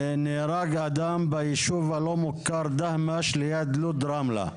נהרג אדם ביישוב הלא מוכר דהמש, ליד לוד-רמלה.